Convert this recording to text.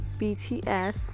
BTS